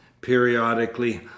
periodically